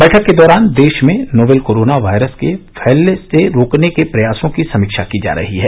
बैठक के दौरान देश में नोवेल कोरोना वायरस को फैलने से रोकने के प्रयासो की समीक्षा की जा रही हैं